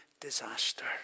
disaster